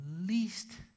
least